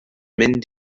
mynd